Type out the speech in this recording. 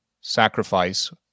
sacrifice